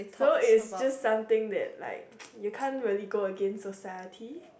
so it's just something that like you can't really go against society